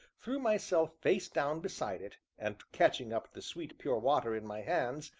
threw myself face down beside it, and, catching up the sweet pure water in my hands,